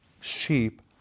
Sheep